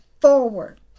forward